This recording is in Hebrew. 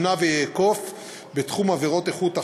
ימנע ויאכוף בתחום עבירות איכות החיים,